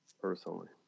Personally